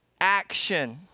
action